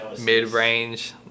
mid-range